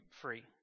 free